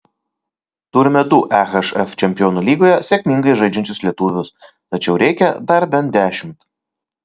turime du ehf čempionų lygoje sėkmingai žaidžiančius lietuvius tačiau reikia dar bent dešimt